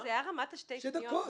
אתה לא היית בחדר.